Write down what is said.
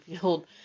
field